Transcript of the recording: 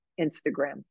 Instagram